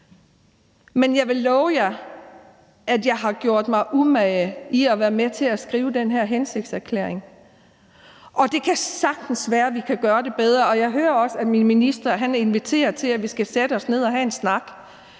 Men jeg lover jer, at jeg har gjort mig umage med at være med til at skrive den her hensigtserklæring, og det kan sagtens være, at vi kan gøre det bedre. Jeg hører også, at min minister inviterer til, at vi skal sætte os ned og have en snak,